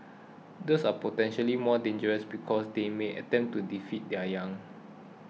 these are potentially more dangerous because they may attempt to defend their young